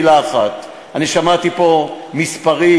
מילה אחת: אני שמעתי פה מספרים,